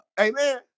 Amen